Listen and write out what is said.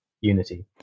Unity